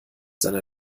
seiner